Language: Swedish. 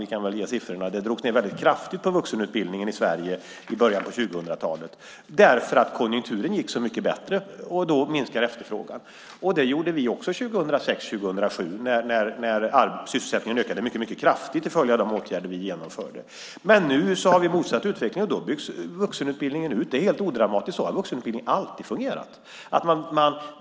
Jag kan ge siffror på att det drogs väldigt kraftigt ned på vuxenutbildningen i Sverige i början av 2000-talet därför att konjunkturen var så mycket bättre, och då minskade efterfrågan. Detsamma gjordes också 2006 och 2007 när sysselsättningen ökade mycket kraftigt till följd av de åtgärder som vi genomförde. Nu byggs vuxenutbildningen ut. Det är helt odramatiskt. Så har vuxenutbildningen alltid fungerat.